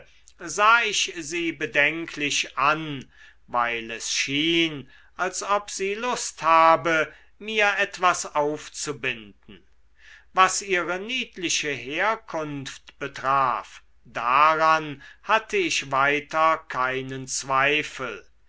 sah ich sie bedenklich an weil es schien als ob sie lust habe mir etwas aufzubinden was ihre niedliche herkunft betraf daran hatte ich weiter keinen zweifel